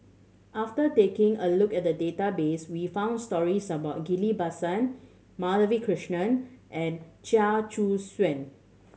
after taking a look at the database we found stories about Ghillie Basan Madhavi Krishnan and Chia Choo Suan